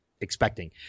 expecting